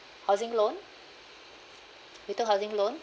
housing loan we took housing loan